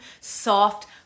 soft